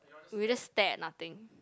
we just stare at nothing